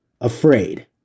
afraid